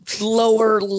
lower